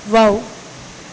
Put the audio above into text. wow